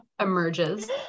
emerges